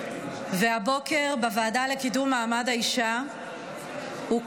והבוקר בוועדה לקידום מעמד האישה הוקרן